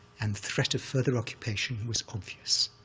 and threat of further occupation was obvious,